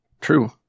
True